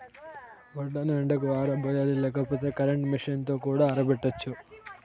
వడ్లను ఎండకి ఆరబోయాలి లేకపోతే కరెంట్ మెషీన్ తో కూడా ఆరబెట్టచ్చు